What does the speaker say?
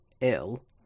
ill